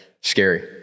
Scary